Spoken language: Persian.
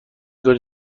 کنید